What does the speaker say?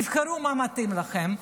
תבחרו מה מתאים לכם.